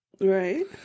Right